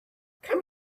come